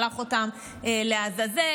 שלח אותם לעזאזל,